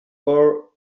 core